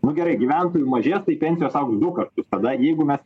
nu gerai gyventojų mažės tai pensijos augs du kartus tada jeigu mes